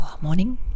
Morning